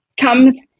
comes